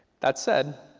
that said,